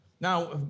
Now